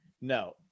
No